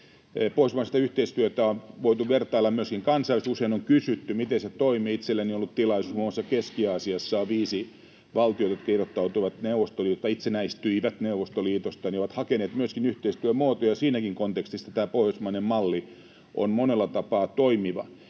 Pohjoismaista yhteistyötä on voitu vertailla myöskin kansainvälisesti — usein on kysytty, miten se toimii — itselläni on ollut tilaisuus. Muun muassa Keski-Aasiassa viisi valtiota, jotka itsenäistyivät Neuvostoliitosta, ovat hakeneet myöskin yhteistyömuotoja, ja siinäkin kontekstissa tämä pohjoismainen malli on monella tapaa toimiva.